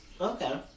Okay